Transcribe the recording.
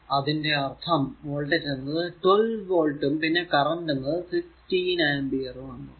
അതിന്റെ അർഥം വോൾടേജ് എന്നത് 12 വോൾട്ടും പിന്നെ കറന്റ് എന്നത് 16 ആമ്പിയർ ആകും